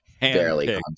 barely